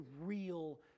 real